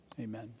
Amen